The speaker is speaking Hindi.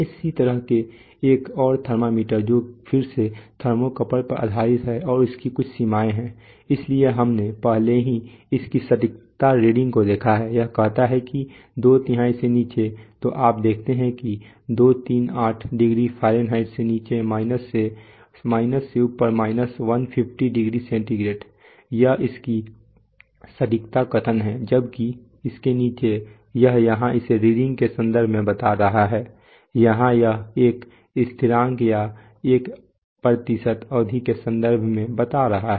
इसी तरह एक और थर्मामीटर जो फिर से थर्मोकपल पर आधारित है और इसकी कुछ सीमाएँ हैं इसलिए हमने पहले ही इसकी सटीकता रीडिंग को देखा है यह कहता है कि दो तिहाई से नीचे तो आप देखते हैं कि 238 डिग्री फ़ारेनहाइट से नीचे माइनस से ऊपर 150 डिग्री सेंटीग्रेड यह इसकी सटीकता कथन है जबकि इसके नीचे यह यहां इसे रीडिंग के संदर्भ में बता रहा है यहां यह एक स्थिरांक या एक प्रतिशत अवधि के संदर्भ में बता रहा है